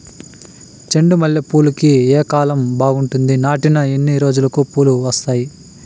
చెండు మల్లె పూలుకి ఏ కాలం బావుంటుంది? నాటిన ఎన్ని రోజులకు పూలు వస్తాయి?